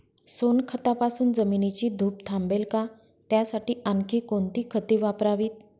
सोनखतापासून जमिनीची धूप थांबेल का? त्यासाठी आणखी कोणती खते वापरावीत?